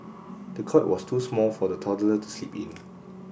the cot was too small for the toddler to sleep in